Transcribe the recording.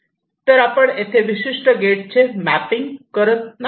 तर येथे आपण विशिष्ट गेटचे मॅपिंग करीत नाही